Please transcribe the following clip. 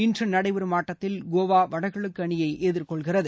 இன்று நடைபெறும் ஆட்டத்தில் கோவா வடகிழக்கு அணியை எதிர்கொள்கிறது